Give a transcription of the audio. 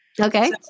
Okay